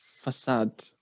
facade